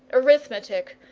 arithmetic,